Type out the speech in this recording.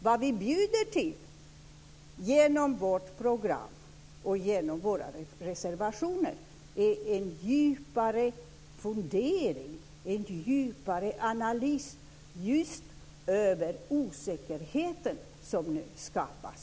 Vad vi bjuder till genom vårt program, och genom våra reservationer, är en djupare fundering och en djupare analys just över osäkerheten som nu skapas.